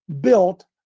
built